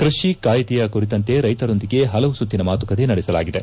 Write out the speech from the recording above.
ಕೃಷಿ ಕಾಯ್ದೆಯ ಕುರಿತಂತೆ ರೈತರೊಂದಿಗೆ ಹಲವು ಸುತ್ತಿನ ಮಾತುಕತೆ ನಡೆಸಲಾಗಿದೆ